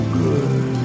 good